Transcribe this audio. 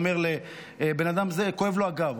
אדם שכואב לו הגב.